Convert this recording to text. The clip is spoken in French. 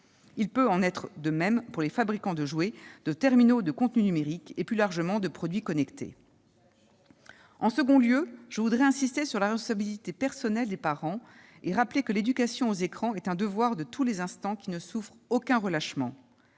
Il peut en aller de même pour les fabricants de jouets, de terminaux, de contenus numériques et, plus largement, de produits connectés. Je veux ensuite insister sur la responsabilité personnelle des parents et rappeler que l'éducation aux écrans est un devoir de tous les instants, qui ne souffre aucun relâchement.